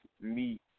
meet